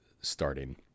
starting